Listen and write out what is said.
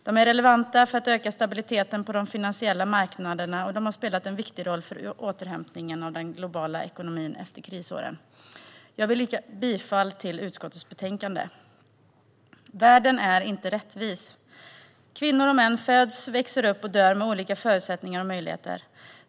De är relevanta för att öka stabiliteten på de finansiella marknaderna, och de har spelat en viktig roll för återhämtningen av den globala ekonomin efter krisåren. Jag vill yrka bifall till förslaget i utskottets betänkande. Världen är inte rättvis. Kvinnor och män föds, växer upp och dör med olika förutsättningar och möjligheter.